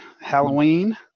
Halloween